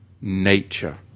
nature